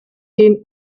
den